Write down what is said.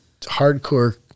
hardcore